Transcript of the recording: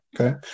Okay